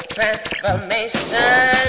Transformation